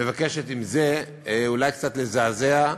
מבקשת את זה, אולי קצת לזעזע,